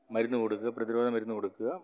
മരുന്ന് കൊടുക്കുക പ്രതിരോധ മരുന്ന് കൊടുക്കുക